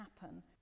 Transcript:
happen